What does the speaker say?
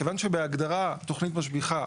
כיוון שבהגדרה תוכנית משביחה,